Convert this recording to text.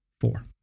four